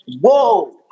whoa